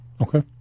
Okay